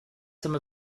some